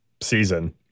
season